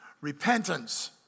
Repentance